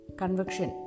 convection